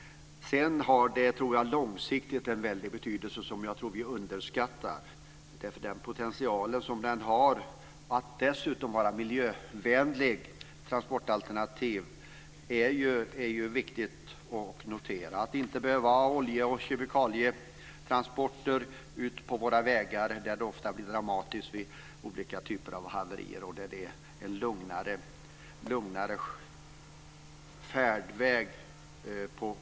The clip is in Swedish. Långsiktigt har det en väldigt stor betydelse, vars potential jag tror att många underskattar, att sjöfarten är ett miljövänligt transportalternativ. Det är viktigt att notera att vi inte behöver ha olje och kemikalietransporter på våra vägar, där olika typer av haverier tenderar att bli dramatiska. Våra vatten erbjuder lugnare färdvägar i sådana sammanhang.